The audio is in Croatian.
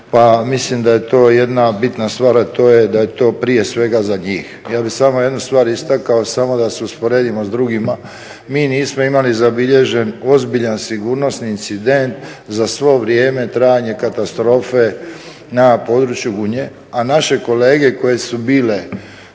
Mislim da je to jedna bitna stvar, a to je da je to prije svega za njih. Ja bih samo jednu stvar istakao, samo da se usporedimo s drugima, mi nismo imali zabilježen ozbiljan sigurnosni incident za svo vrijeme trajanja katastrofe na području Gunje, a naše kolege koje su bile